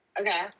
okay